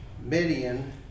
Midian